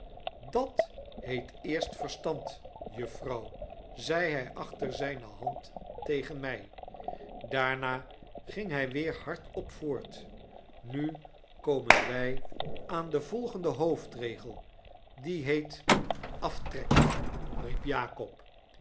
dat heeteerst verstand juffrouw zei hij achter zijne hand tegen my daarna ging hij weer hardop voort nu komen wij aan den volgenden hoofdregel die heet aftrekking riep jakob